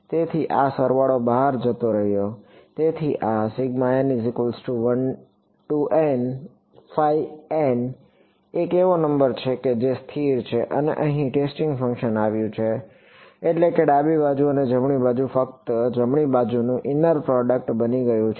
તેથી આ સરવાળો બહાર જ રહ્યો તેથી આ એક એવો નંબર છે જે સ્થિર છે અને અહીં ટેસ્ટિંગ ફંક્શન આવ્યું છે એટલે કે ડાબી બાજુ અને જમણી બાજુ ફક્ત જમણી બાજુનું ઇનર પ્રોડક્ટ બની ગયું છે